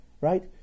Right